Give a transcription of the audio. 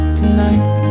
tonight